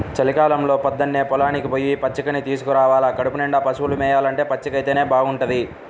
చలికాలంలో పొద్దన్నే పొలానికి పొయ్యి పచ్చికని తీసుకురావాల కడుపునిండా పశువులు మేయాలంటే పచ్చికైతేనే బాగుంటది